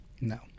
no